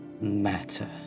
matter